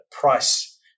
price